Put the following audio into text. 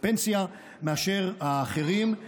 הפנסיה מאשר האחרים.